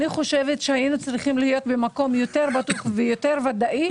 אני חושבת שהיינו צריכים להיות במקום יותר בטוח ויותר ודאי.